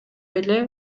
эле